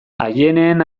aieneen